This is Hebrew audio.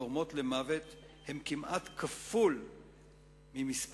הגורמות למוות הוא כמעט כפול ממספר